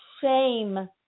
shame